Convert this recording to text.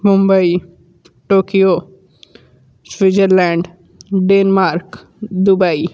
Mumbai Tokyo Switzerland Denmark Dubai